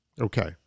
Okay